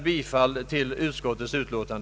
Jag har inget annat yr